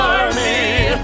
Army